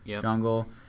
Jungle